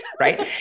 Right